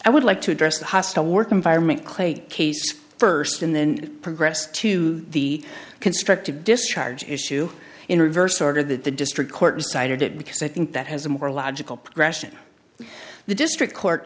i would like to address the hostile work environment clay case first and then progress to the constructive discharge issue in reverse order that the district court decided that because i think that has a more logical progression the district court